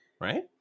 Right